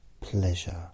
pleasure